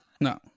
No